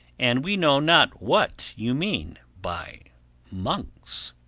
and we know not what you mean by monks.